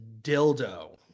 dildo